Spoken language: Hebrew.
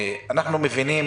אנחנו מבינים